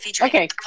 Okay